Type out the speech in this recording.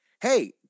hey